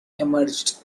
emerged